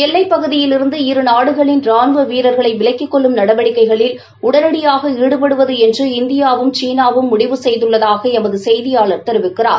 எல்லைப் பகுதியிலிருந்து இரு நாடுகளின் ராணுவ வீரர்களை விலக்கிக் கொள்ளும் நடவடிக்கைகயில் உடனடியாக ஈடுபடுவது என்று இந்தியா வும் சீனாவும் முடிவு செய்துள்ளதாக எமது செய்தியாளர் தெரிவிக்கிறார்